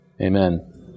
Amen